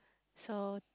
so